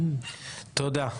תודה,